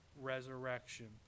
resurrection